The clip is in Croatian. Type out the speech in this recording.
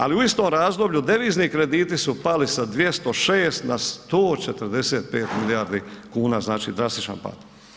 Ali u istom razdoblju devizni krediti su pali sa 206 na 145 milijardi kuna, znači drastičan pad.